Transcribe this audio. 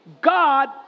God